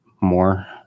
more